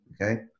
Okay